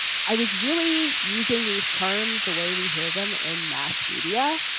i was really using these terms the way we hear them in mass media.